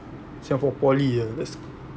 Singapore Poly ah that's